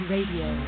Radio